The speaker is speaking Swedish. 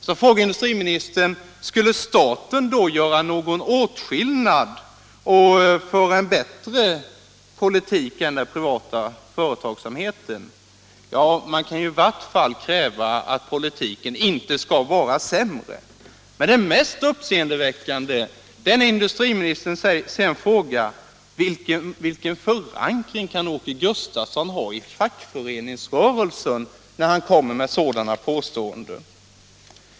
Så frågar industriministern: Skulle staten då göra någon åtskillnad och föra en bättre politik än den privata företagsamheten? Ja, man kan i vart fall kräva att politiken inte skall vara sämre. Men det mest uppseendeväckande är när industriministern sedan frågar: Vilken förankring kan Åke Gustavsson ha i fackföreningsrörelsen, när han kommer med sådana påståenden?